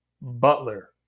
Butler